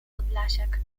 podlasiak